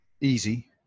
easy